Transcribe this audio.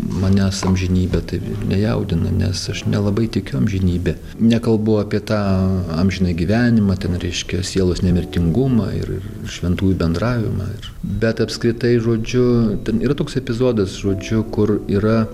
manęs amžinybė taip nejaudino nes aš nelabai tikiu amžinybe nekalbu apie tą amžinąjį gyvenimą ten reiškia sielos nemirtingumą ir ir šventųjų bendravimą ir bet apskritai žodžiu ten yra toks epizodas žodžiu kur yra